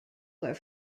were